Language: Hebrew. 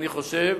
אני חושב